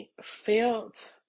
felt